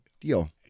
deal